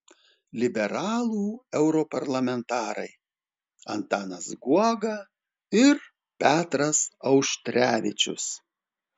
liberalų europarlamentarai antanas guoga ir petras auštrevičius